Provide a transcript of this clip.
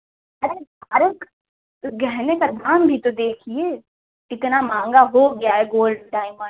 अरे अरे तो गहने का दाम भी तो देखिए इतना महँगा हो गया है गोल्ड डाइमंड